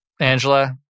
Angela